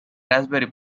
raspberry